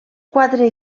quatre